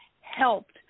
helped